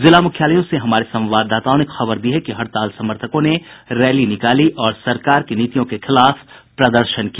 जिला मुख्यालयों से हमारे संवाददाताओं ने खबर दी है कि हड़ताल समर्थकों ने रैली निकाली और सरकार की नीतियों के खिलाफ प्रदर्शन किया